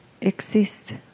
exist